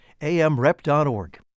amrep.org